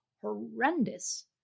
horrendous